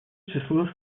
число